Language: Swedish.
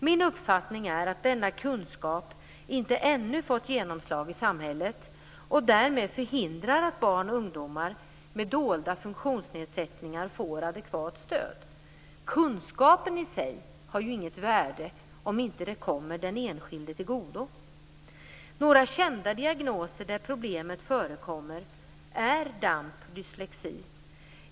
Min uppfattning är att denna kunskap ännu inte fått genomslag i samhället. Därmed förhindras att barn och ungdomar med dolda funktionsnedsättningar får adekvat stöd. Kunskapen i sig har ju inget värde om den inte kommer den enskilde till godo. Några kända diagnoser där problemet förekommer är DAMP och dyslexi.